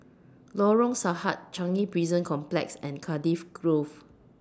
Lorong Sahad Changi Prison Complex and Cardiff Grove